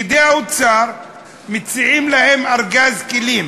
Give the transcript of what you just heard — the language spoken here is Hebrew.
פקידי האוצר מציעים להם ארגז כלים